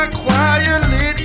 quietly